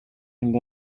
and